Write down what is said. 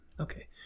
Okay